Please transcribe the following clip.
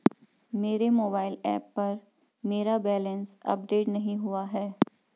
मेरे mobile app पर मेरा बैलेंस अपडेट नहीं हुआ है